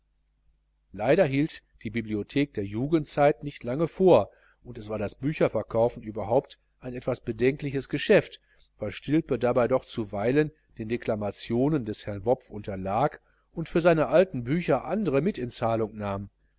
leider hielt die bibliothek der jugendzeit nicht lange vor und es war das bücherverkaufen überhaupt ein etwas bedenkliches geschäft weil stilpe dabei doch zuweilen den deklamationen des herrn wopf unterlag und für seine alten bücher andre mit in zahlung nahm